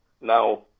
now